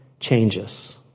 Changes